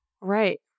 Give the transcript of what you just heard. Right